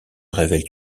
révèle